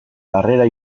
harrera